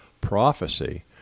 prophecy